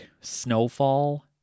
snowfall